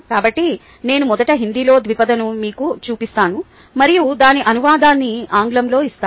కాబట్టి నేను మొదట హిందీలో ద్విపదను మీకు చూపిస్తాను మరియు దాని అనువాదాన్ని ఆంగ్లంలో ఇస్తాను